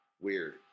Weird